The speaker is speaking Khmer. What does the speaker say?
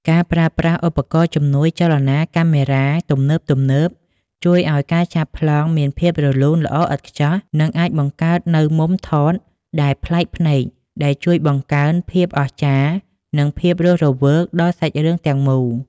ការប្រើប្រាស់ឧបករណ៍ជំនួយចលនាកាមេរ៉ាទំនើបៗ ជួយឱ្យការចាប់ប្លង់មានភាពរលូនល្អឥតខ្ចោះ និងអាចបង្កើតនូវមុំថតដែលប្លែកភ្នែក ដែលជួយបង្កើនភាពអស្ចារ្យ និងភាពរស់រវើកដល់សាច់រឿងទាំងមូល។